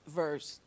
verse